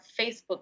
Facebook